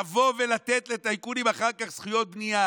לבוא ולתת לטייקונים אחר כך זכויות בנייה